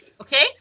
Okay